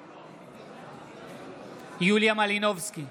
בעד יוליה מלינובסקי,